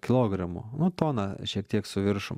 kilogramų nu toną šiek tiek su viršum